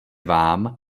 vám